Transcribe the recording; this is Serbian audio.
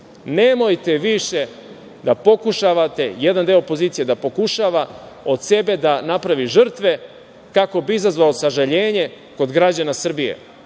nemojte više da pokušavate, jedan deo opozicije da pokušava od sebe da napravi žrtve, kako bi izazvao sažaljenje kod građana Srbije. Suze